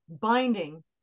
binding